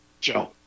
Joe